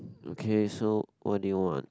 okay so what do you want